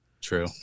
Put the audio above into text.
True